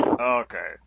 Okay